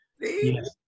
Yes